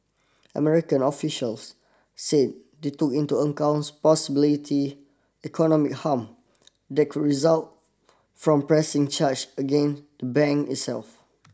American officials said they took into accounts possibility economic harm that could result from pressing charge again the bank itself